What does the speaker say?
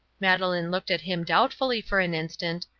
madeleine looked at him doubtfully for an instant,